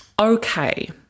okay